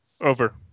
Over